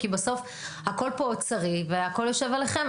כי בסוף הכל פה אוצרי והכל יושב עליכם.